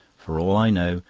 for all i know,